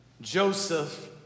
Joseph